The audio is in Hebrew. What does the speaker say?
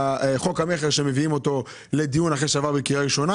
חוק המכר שמביאים אותו לדיון אחרי שעבר בקריאה ראשונה.